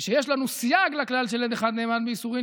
יש לנו סייג לכלל של עד אחד נאמן באיסורין,